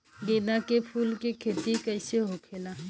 गेंदा के फूल की खेती कैसे होखेला?